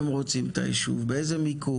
בהמון יישובים והמון